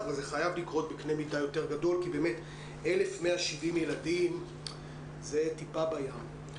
וזה חייב לקרות בקנה מידה יותר גדול כי באמת 1,170 ילדים זה טיפה בים.